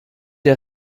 der